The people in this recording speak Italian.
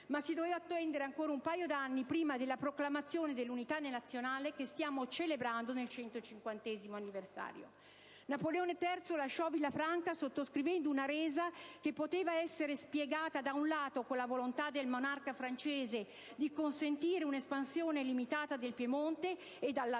ma si doveva attendere ancora un paio d'anni prima della proclamazione dell'unità nazionale che stiamo celebrando nel 150° anniversario. Napoleone III lasciò Villafranca sottoscrivendo una resa che poteva essere spiegata, da un lato, con la volontà del monarca francese di consentire una espansione limitata del Piemonte e, dall'altro,